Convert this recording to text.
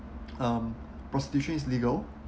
um prostitution is legal